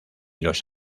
los